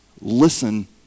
Listen